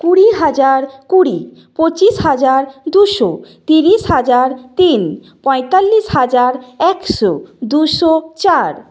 কুড়ি হাজার কুড়ি পঁচিশ হাজার দুশো তিরিশ হাজার তিন পঁয়তাল্লিশ হাজার একশো দুশো চার